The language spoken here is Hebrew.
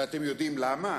ואתם יודעים למה?